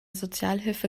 sozialhilfe